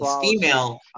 female